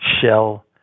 shell